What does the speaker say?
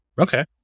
Okay